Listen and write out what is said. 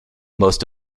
most